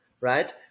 right